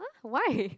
why